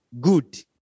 good